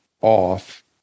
off